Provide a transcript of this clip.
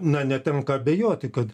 na netenka abejoti kad